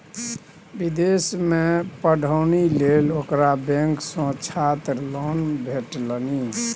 विदेशमे पढ़ौनी लेल ओकरा बैंक सँ छात्र लोन भेटलनि